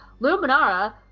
Luminara